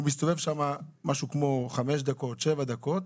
הוא מסתובב שם משהו כמו חמש או שבע דקות,